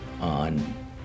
on